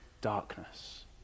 darkness